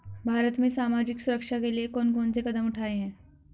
भारत में सामाजिक सुरक्षा के लिए कौन कौन से कदम उठाये हैं?